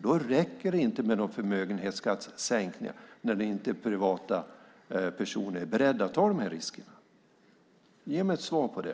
Det räcker inte med någon förmögenhetsskattesänkning när inte privata personer är beredda att ta de riskerna. Ge mig ett svar på det!